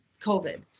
COVID